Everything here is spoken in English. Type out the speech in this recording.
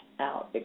out